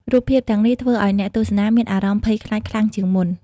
រូបភាពទាំងនេះធ្វើឲ្យអ្នកទស្សនាមានអារម្មណ៍ភ័យខ្លាចខ្លាំងជាងមុន។